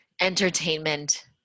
entertainment